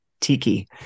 tiki